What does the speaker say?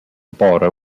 border